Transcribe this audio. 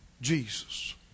Jesus